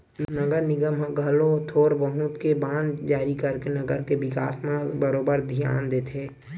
नगर निगम ह घलो थोर बहुत के बांड जारी करके नगर के बिकास म बरोबर धियान देथे